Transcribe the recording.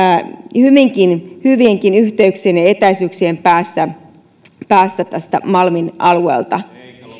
kentän löytämiseksi hyvienkin yhteyksien ja etäisyyksien päässä malmin alueesta